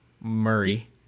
Murray